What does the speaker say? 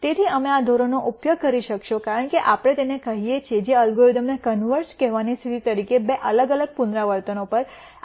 તેથી તમે આ ધોરણનો ઉપયોગ કરી શકશો કારણ કે આપણે તેને કહીએ છીએ જે એલ્ગોરિધમ કન્વર્ઝ કહેવાની સ્થિતિ તરીકે બે અલગ અલગ પુનરાવર્તનો પર આ બે મૂલ્યો વચ્ચેનો તફાવત છે